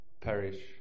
perish